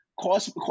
Cost